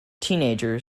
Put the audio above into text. teenager